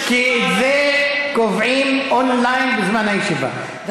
את זה קובעים און-ליין בזמן הישיבה.